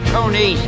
Tony